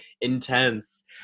intense